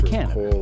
Canada